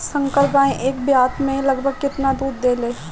संकर गाय एक ब्यात में लगभग केतना दूध देले?